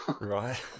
Right